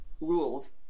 rules